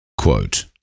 Quote